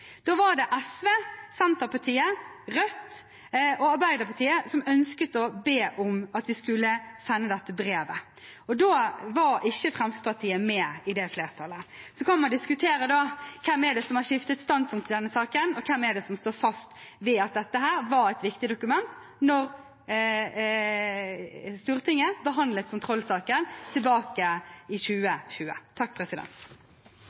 var det SV, Senterpartiet, Rødt og Arbeiderpartiet som ønsket å be om at vi skulle sende dette brevet. Fremskrittspartiet var ikke med i det flertallet. Så kan man diskutere hvem det er som har skiftet standpunkt i denne saken, og hvem det er som står fast ved at dette var et viktig dokument da Stortinget behandlet kontrollsaken tilbake i